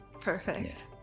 Perfect